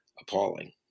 appalling